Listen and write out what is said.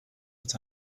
but